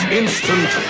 instant